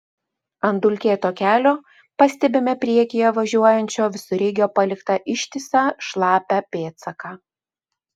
ant dulkėto kelio pastebime priekyje važiuojančio visureigio paliktą ištisą šlapią pėdsaką